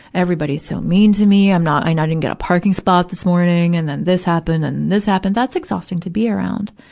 everybody's so mean to me, i'm not, i'm not even get a parking spot this morning, and then this happened and this happened that's exhausting to be around.